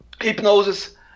hypnosis